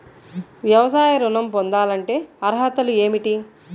వ్యవసాయ ఋణం పొందాలంటే అర్హతలు ఏమిటి?